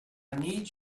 need